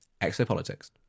ExoPolitics